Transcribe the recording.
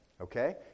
Okay